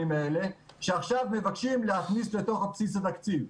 האלה שעכשיו מבקשים להכניס לבסיס התקציב.